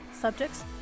subjects